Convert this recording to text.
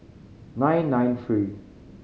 nine nine three